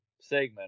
segment